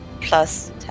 plus